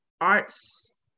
arts